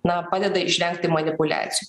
na padeda išvengti manipuliacijų